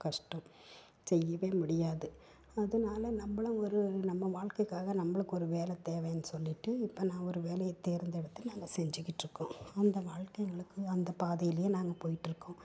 கஷ்டம் செய்யவே முடியாது அதனால் நம்மளும் ஒரு நம்ம வாழ்க்கைக்காக ஒரு வேலை தேவைன்னு சொல்லிகிட்டு இப்போ நான் ஒரு வேலையை தேர்ந்தெடுத்து நாங்கள் செஞ்சுக்கிட்டுருக்கோம் அந்த வாழ்க்கை எங்களுக்கு அந்த பாதைலேயே நாங்கள் போயிட்டுருக்கோம்